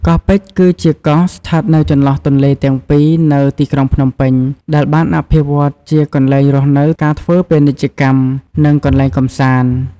កោះពេជ្រ គឺជាកោះស្ថិតនៅចន្លោះទន្លេទាំងពីរនៅទីក្រុងភ្នំពេញ ដែលបានអភិវឌ្ឍជាកន្លែងរស់នៅ ការធ្វើពាណិជ្ជកម្ម និងកន្លែងកម្សាន្ត។